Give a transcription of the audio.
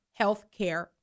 healthcare